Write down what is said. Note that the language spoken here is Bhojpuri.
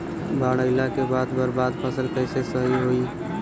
बाढ़ आइला के बाद बर्बाद फसल कैसे सही होयी?